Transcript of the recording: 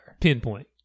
Pinpoint